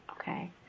Okay